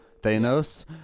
Thanos